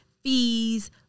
Fees